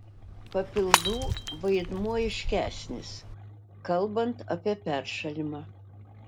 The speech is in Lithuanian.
papildų vaidmuo aiškesnis kalbant apie peršalimą